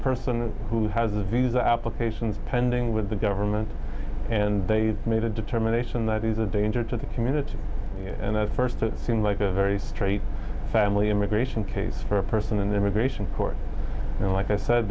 person who has a visa applications pending with the government and they've made a determination that he's a danger to the community and at first it seemed like a very strange family immigration case for a person an immigration court you know like i said